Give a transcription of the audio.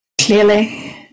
Clearly